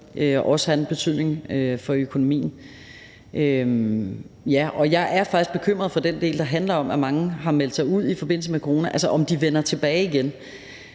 også have en betydning for økonomien. Jeg er faktisk bekymret for den del, der handler om, at mange har meldt sig ud i forbindelse med corona, altså om de vender tilbage igen.